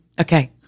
okay